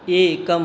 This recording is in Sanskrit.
एकम्